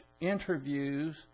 interviews